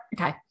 Okay